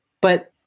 but-